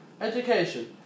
Education